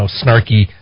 snarky